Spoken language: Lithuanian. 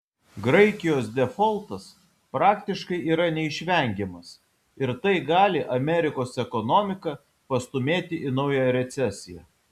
graikijos defoltas praktiškai yra neišvengiamas ir tai gali amerikos ekonomiką pastūmėti į naują recesiją